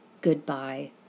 Goodbye